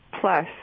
Plus